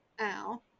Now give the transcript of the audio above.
ow